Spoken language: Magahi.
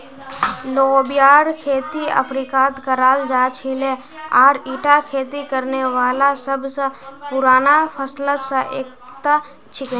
लोबियार खेती अफ्रीकात कराल जा छिले आर ईटा खेती करने वाला सब स पुराना फसलत स एकता छिके